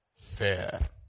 fair